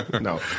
no